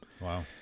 Wow